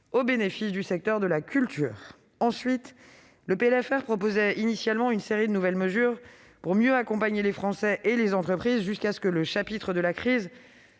au bénéfice du secteur de la culture. Le PLFR proposait initialement une série de nouvelles mesures pour mieux accompagner les Français et les entreprises jusqu'à ce que le chapitre de la crise